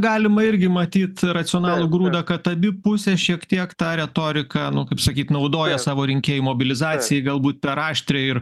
galima irgi matyt racionalų grūdą kad abi pusės šiek tiek tą retoriką nu kaip sakyt naudoja savo rinkėjų mobilizacijai galbūt per aštriai ir